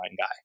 guy